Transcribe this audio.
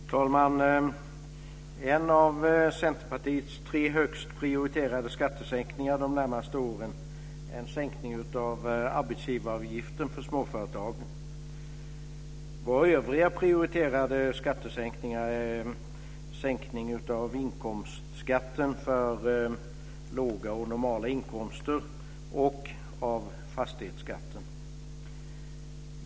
Fru talman! En av Centerpartiets tre högst prioriterade skattesänkningar de närmaste åren är en sänkning av arbetsgivaravgiften för småföretagen. Våra övriga prioriterade skattesänkningar är en sänkning av inkomstskatten vid låga och normala inkomster och en sänkning av fastighetsskatten.